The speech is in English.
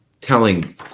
telling